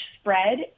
spread